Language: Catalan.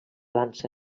dansa